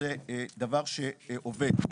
וזה דבר שעובד.